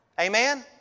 Amen